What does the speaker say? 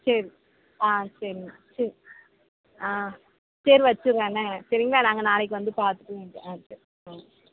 சரி ஆ சரிங்க சரி ஆ சரி வச்சுட்றேன் என்ன சரிங்களா நாங்கள் நாளைக்கு வந்து பார்த்துட்டு வாங்கிக்கிறோம் ஆ சரி ஆ